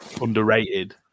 underrated